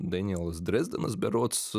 danielas drezdenas berods